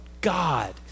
God